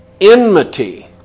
enmity